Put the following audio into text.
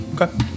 Okay